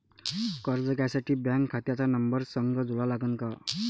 कर्ज घ्यासाठी बँक खात्याचा नंबर संग जोडा लागन का?